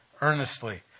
earnestly